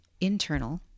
internal